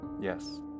Yes